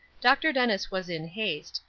dr. dennis was in haste,